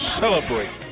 celebrate